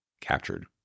captured